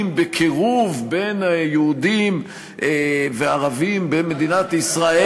בקירוב בין יהודים וערבים במדינת ישראל,